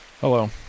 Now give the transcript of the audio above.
Hello